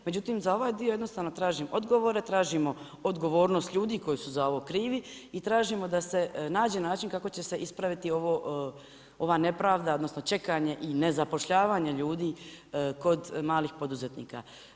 Međutim, za ovaj dio jednostavno tražim odgovore tražimo odgovornost ljudi koji su za ovo krivi i tražimo da se nađe način kako će se ispraviti ova nepravda, odnosno, čekanje i nezapošljavanje ljudi kod malih poduzetnika.